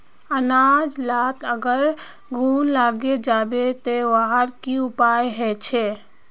अनाज लात अगर घुन लागे जाबे ते वहार की उपाय छे?